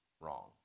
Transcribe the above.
wrong